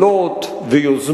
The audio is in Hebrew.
בג'לג'וליה ואום-אל-פחם,